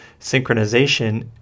Synchronization